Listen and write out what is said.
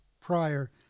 prior